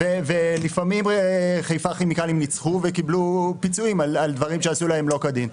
ולפעמים חיפה כימיקלים ניצחו וקיבלו פיצויים על דברים שעשו להם לא כדין.